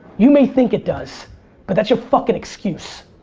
you may think it does but that's your fuckin' excuse.